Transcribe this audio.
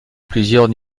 plusieurs